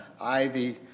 ivy